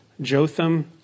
Jotham